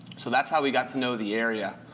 so that's how we got to know the area.